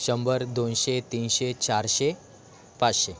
शंभर दोनशे तीनशे चारशे पाचशे